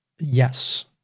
yes